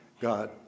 God